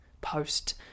post